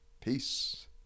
Peace